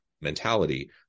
mentality